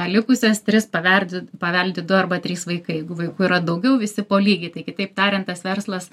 likusias tris paverdi paveldi du arba trys vaikai jeigu vaikų yra daugiau visi po lygiai tai kitaip tariant tas verslas